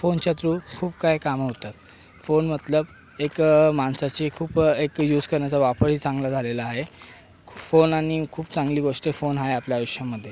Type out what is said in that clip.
फोनच्या थ्रू खूप काही काम होतात फोन मतलब एक माणसाची खूप एक युज करण्याचा वापरही चांगला झालेला आहे फोन आणि खूप चांगली गोष्ट फोन आहे आपल्या आयुष्यामध्ये